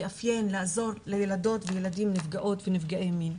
לאפיין, לעזור לילדים וילדים נפגעות ונפגעי מין.